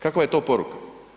Kakva je to poruka?